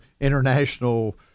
international